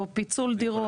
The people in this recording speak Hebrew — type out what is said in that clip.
או פיצול דירות.